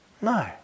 No